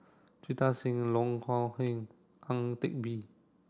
Jita Singh Loh Kok Heng Ang Teck Bee